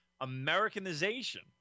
Americanization